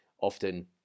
often